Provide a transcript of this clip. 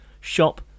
shop